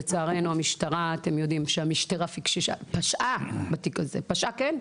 לצערנו המשטרה פשעה בתיק הזה, כן.